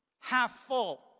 half-full